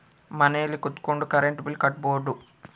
ಮನೆಲ್ ಕುತ್ಕೊಂಡ್ current bill ಕಟ್ಬೊಡು